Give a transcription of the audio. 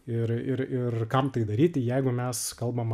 ir ir ir kam tai daryti jeigu mes kalbam